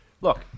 look